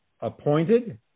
appointed